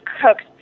cooked